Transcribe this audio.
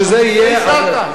שזה יהיה עבירה.